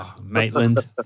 Maitland